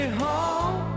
home